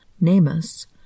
NamUs